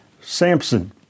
Samson